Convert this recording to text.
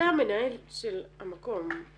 אתה המנהל של המקום.